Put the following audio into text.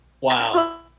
Wow